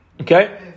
Okay